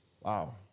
Wow